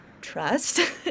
trust